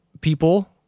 people